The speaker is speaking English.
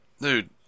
Dude